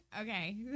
Okay